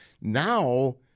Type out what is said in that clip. Now